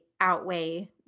outweigh